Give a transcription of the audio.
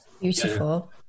Beautiful